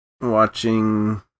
watching